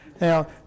Now